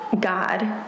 God